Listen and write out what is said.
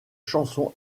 chanson